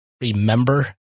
remember